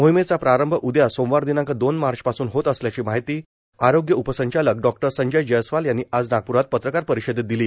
मोहिमेचा प्रारंभ उदया सोमवार दिनांक दोन मार्चपासून होत असल्याची माहिती आरोग्य उपसंचालक डॉक्टर संजय जयस्वाल यांनी आज नागप्रात पत्रकार परिषदेत दिली